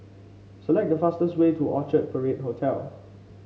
select the fastest way to Orchard Parade Hotel